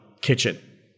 kitchen